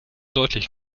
deutlich